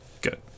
good